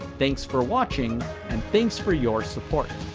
thanks for watching and thanks for your support.